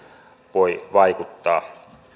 voi vaikuttaa